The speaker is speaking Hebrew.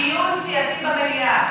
דיון סיעתי במליאה.